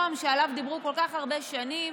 למקום שעליו דיברו כל כך הרבה שנים,